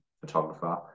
photographer